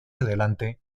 adelante